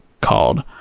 called